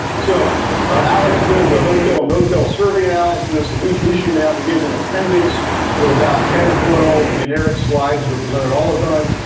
so alex does hotel motel survey analysis. in each issue now he gives an appendix with about ten or twelve generic slides, and we present it all the time,